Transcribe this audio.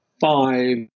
five